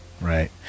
right